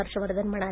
हर्षवर्धन म्हणाले